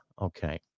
Okay